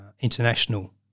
international